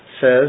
says